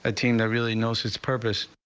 ah team they're really knows his purpose.